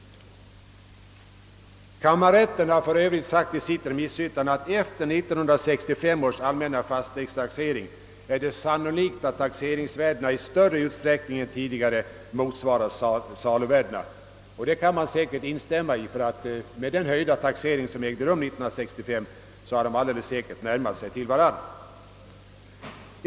Kammarrätten har för övrigt i sitt remissyttrande sagt att det kan »hållas för sannolikt att taxeringsvärdena efter 1965 års allmänna fastighetstaxering i större utsträckning än tidigare motsvarar saluvärdena». Det kan man säkert instämma i, ty med den taxeringshöjning som ägde rum 1965 har dessa värden närmat sig varandra.